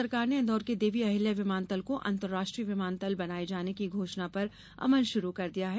केन्द्र सरकार ने इंदौर के देवी अहिल्या विमानतल को अंतर्राष्ट्रीय विमानतल बनाये जाने की घोषणा पर अमल शुरू कर दिया है